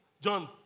John